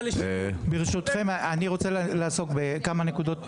ברשותכם אני רוצה לעסוק בכמה נקודות.